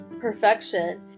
perfection